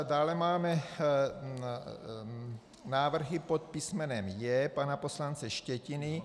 Dále máme návrhy pod písmenem J pana poslance Štětiny.